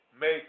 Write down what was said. make